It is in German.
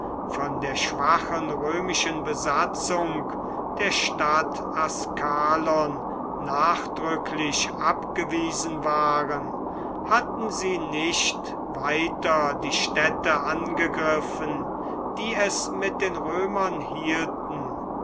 von der schwachen römischen besatzung der stadt askalon nachdrücklich abgewiesen waren hatten sie nicht weiter die städte angegriffen die es mit den römern hielten